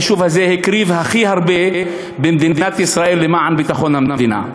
היישוב הזה הקריב הכי הרבה במדינת ישראל למען ביטחון המדינה.